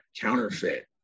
counterfeit